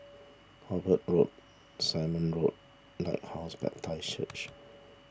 Hobart Road Simon Walk Lighthouse Baptist Church